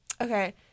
Okay